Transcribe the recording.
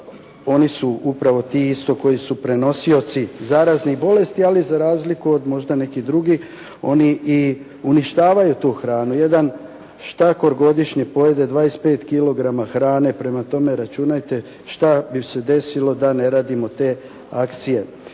Oni su upravo ti isto koji su prenosioci zaraznih bolesti, ali za razliku od možda nekih drugih oni i uništavaju tu hranu. Jedan štakor godišnje pojede 25 kilograma hrane, prema tome računajte što bi se desilo da ne radimo te akcije.